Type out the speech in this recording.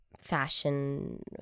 fashion